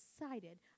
excited